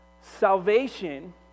Salvation